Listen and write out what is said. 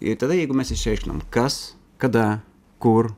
ir tada jeigu mes išsiaiškinom kas kada kur